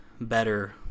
better